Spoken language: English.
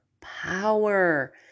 power